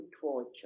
torture